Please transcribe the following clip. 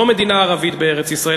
לא מדינה ערבית בארץ-ישראל,